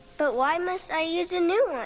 but why must i use a new one?